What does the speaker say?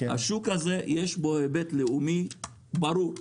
בשוק הזה יש היבט לאומי ברור,